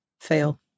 Fail